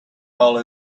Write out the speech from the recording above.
all